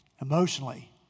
emotionally